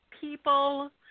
people